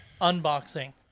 unboxing